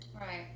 right